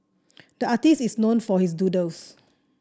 the artist is known for his doodles